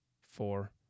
four